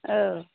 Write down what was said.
औ